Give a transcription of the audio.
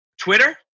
Twitter